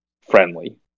friendly